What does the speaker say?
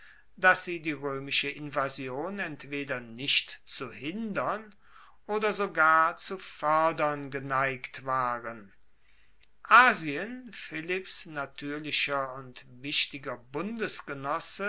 dass sie die roemische invasion entweder nicht zu hindern oder sogar zu foerdern geneigt waren asien philipps natuerlicher und wichtiger